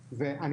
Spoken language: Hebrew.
אזרחית.